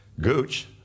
Gooch